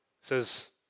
says